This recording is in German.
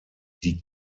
die